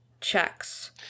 checks